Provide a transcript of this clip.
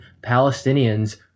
Palestinians